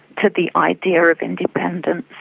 to the idea of independence.